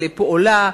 לפועלה,